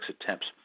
attempts